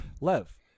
Lev